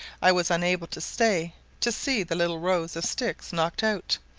i was unable to stay to see the little rows of sticks knocked out,